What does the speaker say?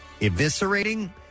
eviscerating